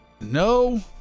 no